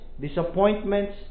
Disappointments